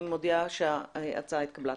אני מודיעה שההצעה התקבלה.